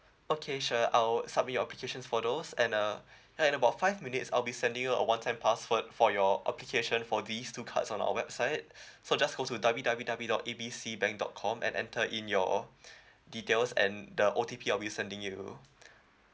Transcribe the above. okay sure I'll submit your applications for those and uh and in about five minutes I'll be sending you a one time password for your appreciation for these two cards on our website so just go to W_W_W dot A B C bank dot com and enter in your details and the O_T_P I'll be sending you